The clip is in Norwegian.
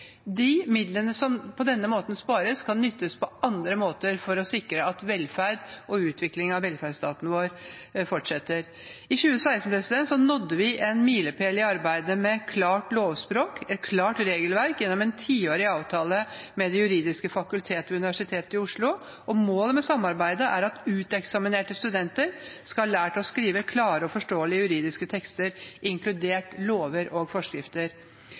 De midlene som på denne måten spares, kan nyttes på andre måter for å sikre at velferd og utvikling av velferdsstaten vår fortsetter. I 2016 nådde vi en milepæl i arbeidet med klart lovspråk, et klart regelverk, gjennom en tiårig avtale med Det juridiske fakultetet ved Universitetet i Oslo. Målet med samarbeidet er at uteksaminerte studenter skal ha lært å skrive klare og forståelige juridiske tekster, inkludert lover og forskrifter.